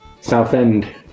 Southend